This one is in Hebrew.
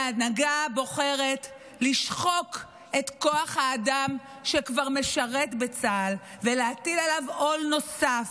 ההנהגה בוחרת לשחוק את כוח האדם שכבר משרת בצה"ל ולהטיל עליו עול נוסף.